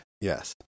Yes